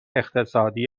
اقتصادی